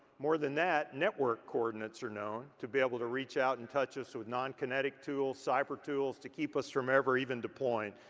more than that, network coordinates are known to be able to reach out and touch us with non-kinetic tools, cyber tools, to keep us from ever even deploying.